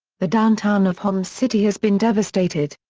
the downtown of homs city has been devastated.